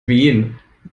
wen